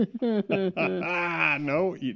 No